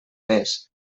més